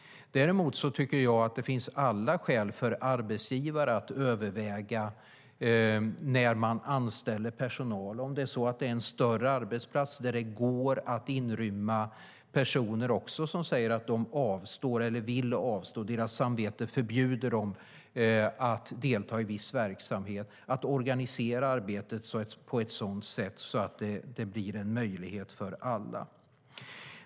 Däremot tycker jag att det finns alla skäl för arbetsgivare att överväga när de anställer personal. På en större arbetsplats går det att inrymma också personer som avstår eller vill avstå - deras samvete förbjuder dem att delta i viss verksamhet. Där kan man organisera arbetet på ett sådant sätt att det blir en möjlighet för alla.